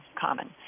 common